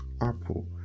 Apple